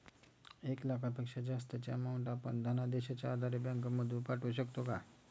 एक लाखापेक्षा जास्तची अमाउंट आपण धनादेशच्या आधारे बँक मधून पाठवू शकतो का?